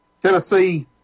Tennessee